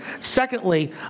Secondly